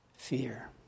Fear